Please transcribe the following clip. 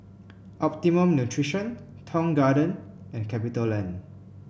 Optimum Nutrition Tong Garden and Capitaland